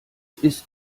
ist